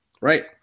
right